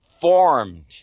formed